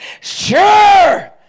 Sure